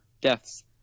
deaths